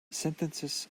sentences